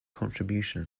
contribution